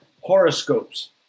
horoscopes